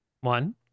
one